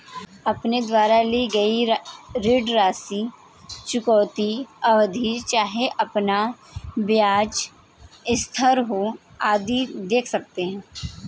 अपने द्वारा ली गई ऋण राशि, चुकौती अवधि, चाहे आपका ब्याज स्थिर हो, आदि देख सकते हैं